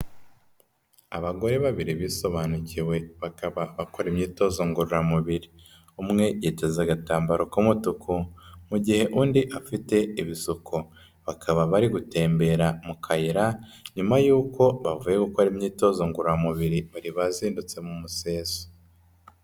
Abagore babiri bisobanukiwe bakaba bakora imyitozo ngororamubiri, umwe yiteze agatambaro k'umutuku mu gihe undi afite ibisuko, bakaba bari gutembera mu kayira nyuma yuko bavuye gukora imyitozo ngororamubiri, bari bazindutse mu museso.